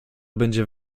będzie